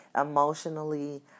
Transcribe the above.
emotionally